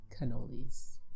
cannolis